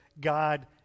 God